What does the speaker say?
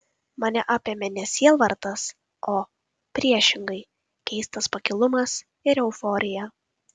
mane apėmė ne sielvartas o priešingai keistas pakilumas ir euforija